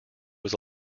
was